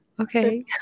Okay